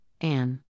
Anne